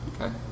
Okay